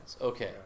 Okay